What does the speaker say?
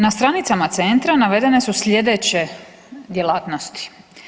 Na stranicama Centra navedene su sljedeće djelatnosti.